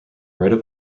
right